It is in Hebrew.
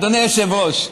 אדוני היושב-ראש,